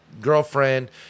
girlfriend